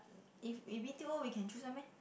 if if B_T_O we can choose one meh